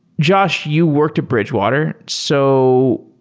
josh, you worked at bridgewater. so